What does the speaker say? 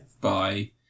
Bye